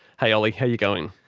hey ollie. how you going?